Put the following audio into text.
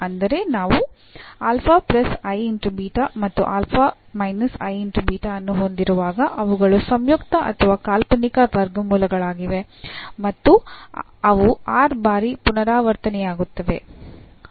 ಅಂದರೆ ನಾವು ಮತ್ತುಅನ್ನು ಹೊಂದಿರುವಾಗ ಅವುಗಳು ಸಂಯುಕ್ತ ಅಥವಾ ಕಾಲ್ಪನಿಕ ವರ್ಗಮೂಲಗಳಾಗಿವೆ ಮತ್ತು ಅವು r ಬಾರಿ ಪುನರಾವರ್ತನೆಯಾಗುತ್ತವೆ